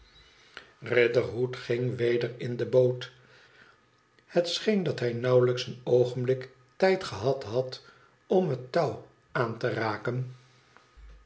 riderhood ging weder in de boot het scheen dat hij nauwelijks een oogenblik tijd gehad had om het touw aan te raken